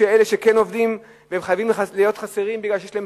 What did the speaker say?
שאלה שכן עובדים והם חייבים להיות חסרים כי יש להם